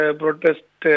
protest